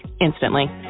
instantly